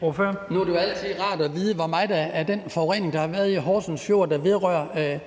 Nu er det jo altid rart at vide, hvor meget af den forurening, der har været i Horsens Fjord, der vedrører